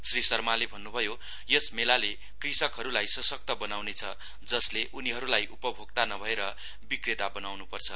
श्री शर्माले भन्नुभयो यस मेलाले कृषकहरूलाई सशक्त बनाउनेछ जसले उनीहरूलाई उपभोकता नभएर विक्रेता बनाउनुपर्छ